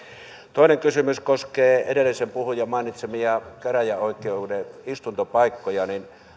toinen kysymys koskee edellisen puhujan mainitsemia käräjäoikeuden istuntopaikkoja